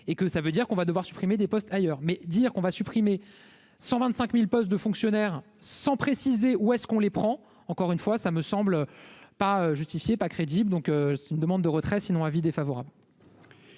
et que ça veut dire qu'on va devoir supprimer des postes ailleurs mais dire qu'on va supprimer 125000 postes de fonctionnaires, sans préciser où est-ce qu'on les prend encore une fois, ça me semble pas justifier pas crédible, donc c'est une demande de retrait sinon avis défavorable.